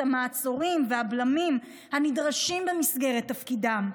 המעצורים והבלמים הנדרשים במסגרת תפקידם.